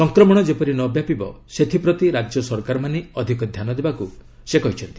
ସଂକ୍ରମଣ ଯେପରି ନ ବ୍ୟାପିବ ସେଥିପ୍ରତି ରାଜ୍ୟ ସରକାରମାନେ ଅଧିକ ଧ୍ୟାନ ଦେବାକୁ ସେ କହିଛନ୍ତି